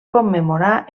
commemorar